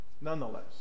nonetheless